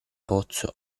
pozzo